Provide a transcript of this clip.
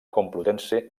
complutense